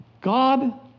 God